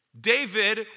David